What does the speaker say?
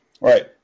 Right